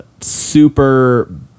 super